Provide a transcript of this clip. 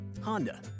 Honda